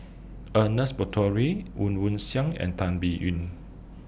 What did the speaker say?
Ernest Monteiro Woon Wah Siang and Tan Biyun